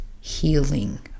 healing